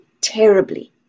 terribly